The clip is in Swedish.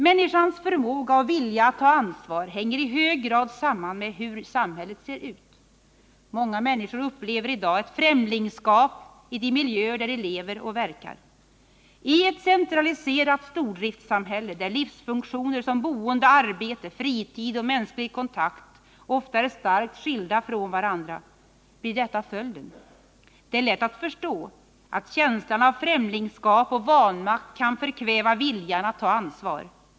Människans förmåga och vilja att ta ansvar hänger i hög grad samman med hur samhället ser ut. Många människor upplever i dag ett främlingskap i de miljöer där de lever och verkar. I ett centraliserat stordriftssamhälle där livsfunktioner som boende, arbete, fritid och mänsklig kontakt ofta är starkt skilda från varandra blir detta följden. Det är lätt att förstå att känslan av främlingskap och vanmakt kan förkväva viljan att ta ansvar.